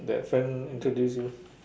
that friend introduce you